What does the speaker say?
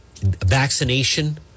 vaccination